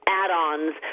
add-ons